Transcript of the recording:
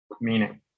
meaning